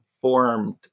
formed